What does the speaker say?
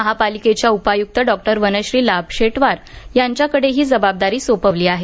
महापालिकेच्या उपायुक्ते डॉक्टर वनश्री लाभशेटवार यांच्याकडे ही जबाबदारी सोपवली आहे